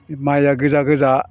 माइया गोजा गोजा